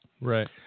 Right